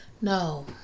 No